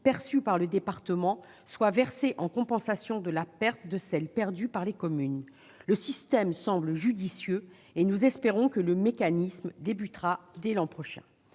perçue par le département soit versée en compensation de celle que perdent les communes. Ce système semble judicieux et nous espérons qu'il fonctionnera dès l'an prochain.